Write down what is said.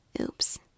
Oops